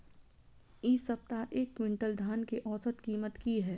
इ सप्ताह एक क्विंटल धान के औसत कीमत की हय?